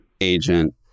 agent